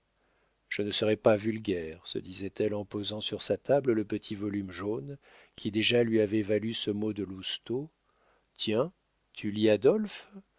je ne serai pas vulgaire se disait-elle en posant sur sa table le petit volume jaune qui déjà lui avait valu ce mot de lousteau tiens tu lis